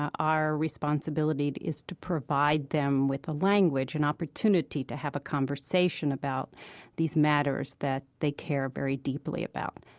our responsibility is to provide them with a language, an opportunity to have a conversation about these matters that they care very deeply about.